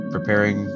Preparing